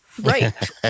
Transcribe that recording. Right